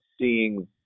seeing